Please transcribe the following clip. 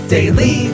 Daily